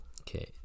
Okay